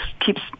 keeps